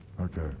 Okay